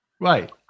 Right